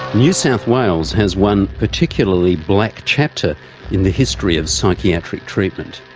new south wales has one particularly black chapter in the history of psychiatric treatment.